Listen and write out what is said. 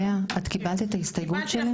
לאה, את קיבלת את ההסתייגות שלי?